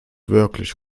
wirklich